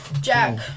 Jack